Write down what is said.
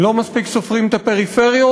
לא מספיק סופרים את הפריפריות?